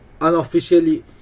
unofficially